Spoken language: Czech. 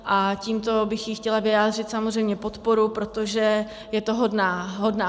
A tímto bych jí chtěla vyjádřit samozřejmě podporu, protože je to hodná holka.